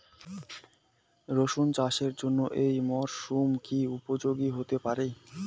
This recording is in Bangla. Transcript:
রসুন চাষের জন্য এই মরসুম কি উপযোগী হতে পারে?